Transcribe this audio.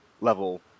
level